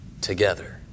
together